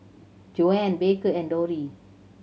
Joann Baker and Dori